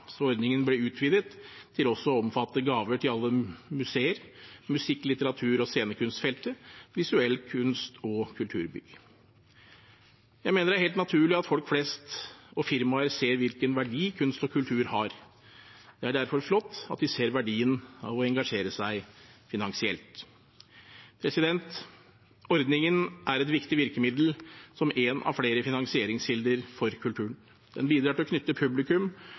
Så ordningen ble utvidet til også å omfatte gaver til alle museer, musikk-, litteratur- og scenekunstfeltet, visuell kunst og kulturbygg. Jeg mener det er helt naturlig at folk flest og firmaer ser hvilken verdi kunst og kultur har. Det er derfor flott at de ser verdien av å engasjere seg finansielt. Ordningen er et viktig virkemiddel som en av flere finansieringskilder for kulturen. Den bidrar til å knytte publikum